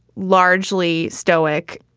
largely stoic.